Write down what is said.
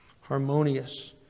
Harmonious